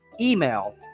email